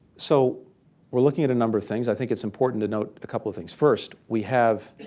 so we're looking at a number of things. i think it's important to note a couple of things. first, we have